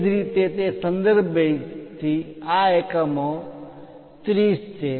એ જ રીતે તે સંદર્ભ બેઝમાંથી આ 30 એકમો છે